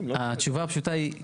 התשובה הפשוטה היא 'כן'.